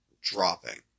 dropping